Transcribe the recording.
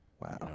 wow